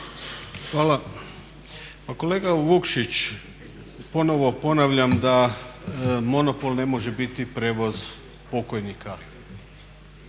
Hvala. Pa kolega Vukšić, ponovo ponavljam da monopol ne može biti prijevoz pokojnika.